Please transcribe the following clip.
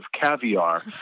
caviar